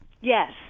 Yes